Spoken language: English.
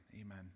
Amen